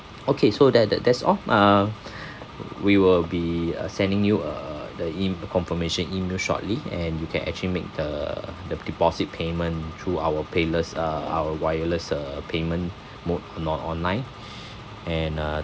okay so that that that's all uh we will be uh sending you uh the em~ the confirmation email shortly and you can actually make the the deposit payment through our payless uh our wireless uh payment mode on~ online and uh